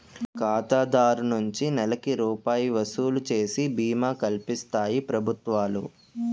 ఖాతాదారు నుంచి నెలకి రూపాయి వసూలు చేసి బీమా కల్పిస్తాయి ప్రభుత్వాలు